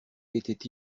était